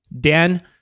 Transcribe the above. Dan